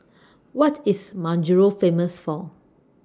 What IS Majuro Famous For